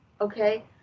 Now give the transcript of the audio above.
okay